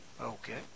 Okay